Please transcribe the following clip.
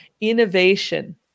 Innovation